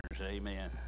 Amen